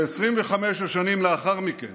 ב-25 השנים לאחר מכן